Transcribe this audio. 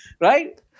Right